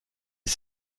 les